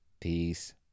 Peace